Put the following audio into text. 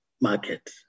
market